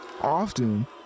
often